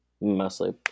mostly